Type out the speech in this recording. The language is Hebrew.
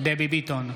דבי ביטון,